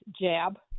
jab